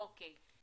אוקי.